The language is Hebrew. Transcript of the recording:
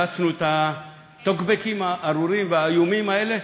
שהרצנו את הטוקבקים הארורים והאיומים האלה.